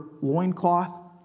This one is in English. loincloth